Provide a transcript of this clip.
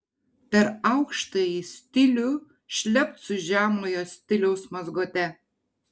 per aukštąjį stilių šlept su žemojo stiliaus mazgote